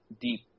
deep